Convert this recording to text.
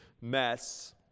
mess